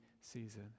season